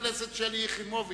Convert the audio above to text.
התשס"ט 2009, עברה בקריאה טרומית